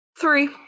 three